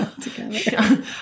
together